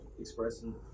expressing